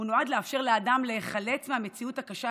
הוא נועד לאפשר לאדם להיחלץ מהמציאות הקשה